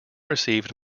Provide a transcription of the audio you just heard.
received